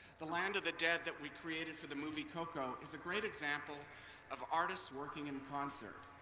the land of the dead that we created for the movie coco is a great example of artists working in concert.